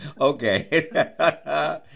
Okay